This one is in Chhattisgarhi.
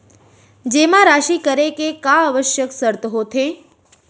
जेमा राशि करे के का आवश्यक शर्त होथे?